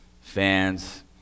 fans